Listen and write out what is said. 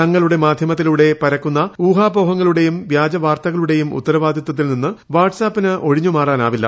തങ്ങളുടെ മാധ്യമത്തിലൂടെ പ രക്കുന്ന ഊഹാപോഹങ്ങ്ളുടെയും വ്യാജ വാർത്തകളുടെയും ഉത്തര വാദിത്തത്തിൽ നിന്ന് വാട്ട്സാപ്പിന് ഒഴിഞ്ഞുമാറാനാവില്ല